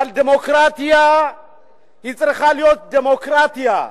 אבל דמוקרטיה צריכה להיות דמוקרטיה.